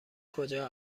کجا